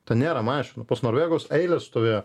ten nėra mašinų pas norvegus eilės stovėjo